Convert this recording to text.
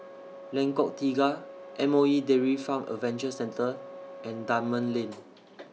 Lengkok Tiga M O E Dairy Farm Adventure Centre and Dunman Lane